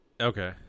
Okay